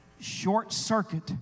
short-circuit